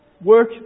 Work